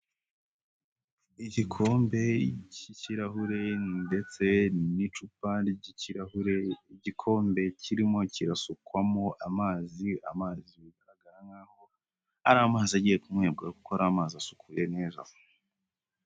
Igikombe cy'ikirahure ndetse n'icupa ry'ikirahure, igikombe kirimo kirasukwamo amazi, amazi bikagaragara nk'aho ari amazi agiye kunywebwa kuko ari amazi asukuye neza.